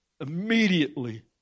immediately